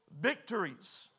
victories